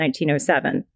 1907